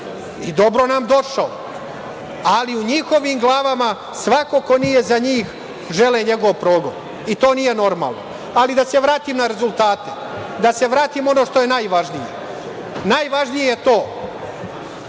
Dobro nam došao! Ali, u njihovim glavama svako ko nije za njih žele njegov progon. To nije normalno. Da se vratim na rezultate, da se vratim na ono što je najvažnije. Najvažnije je to